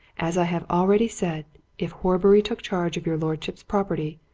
as i have already said, if horbury took charge of your lordship's property,